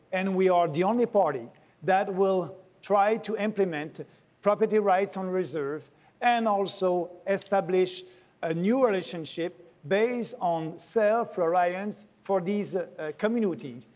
and we are the only party that will try to implement property rights on reserve and also establish a new relationship based on self-reliance for these communities.